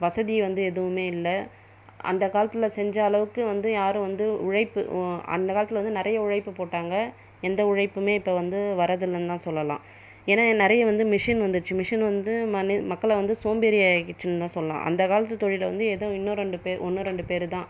வசதி வந்து எதுவுமே இல்லை அந்த காலத்தில் செஞ்ச அளவுக்கு வந்து யார் வந்து உழைப்பு அந்த காலத்தில் வந்து நிறைய உழைப்பு போட்டாங்க எந்த உழைப்புமே இப்போது வந்து வரதுல்லனுதா சொல்லெலாம் ஏன்னால் நிறைய வந்து மெஷின் வந்துருச்சு மிஷின் வந்து மக்களை வந்து சோம்பேறி ஆக்கிடுச்சுன்னுதா சொல்லலால் அந்த காலத்து தொழில் வந்து ஏதோ இன்னும் ரெண்டு பேர் ஒன்று ரெண்டு பேர் தான்